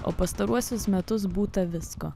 o pastaruosius metus būta visko